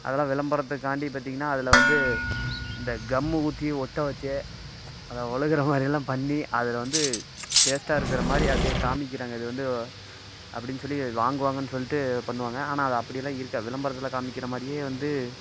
அதெலாம் விளம்பரத்துக்காண்டி பார்த்திங்கனா அதில் வந்து இந்த கம்மு ஊற்றி ஒட்டவச்சு அது ஒழுகுறமாதிரியெல்லாம் பண்ணி அதில் வந்து டேஸ்ட்டாக இருக்கிறமாரி அப்படியே காமிக்கிறாங்க அது வந்து அப்படினு சொல்லி வாங்குவாங்கனு சொல்லிட்டு பண்ணுவாங்க ஆனால் அது அப்படியெல்லாம் இருக்காது விளம்பரத்தில் காமிக்கிறமாதிரியே வந்து